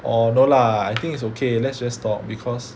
orh no lah I think it's okay let's just talk because